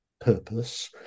purpose